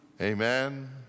Amen